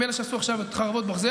אלה שעשו עכשיו את חרבות ברזל,